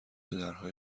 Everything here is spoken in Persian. درهای